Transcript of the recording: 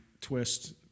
twist